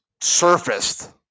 surfaced